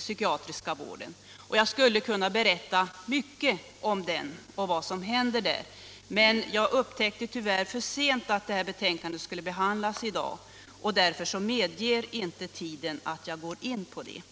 psykiatriska vården. Jag skulle kunna berätta mycket om den och vad som händer där, men jag upptäckte tyvärr för sent att det här betänkandet skulle behandlas i dag, och därför medger inte tiden att jag går in på det.